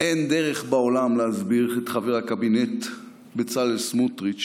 אין דרך בעולם להסביר את חבר הקבינט בצלאל סמוטריץ',